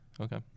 Okay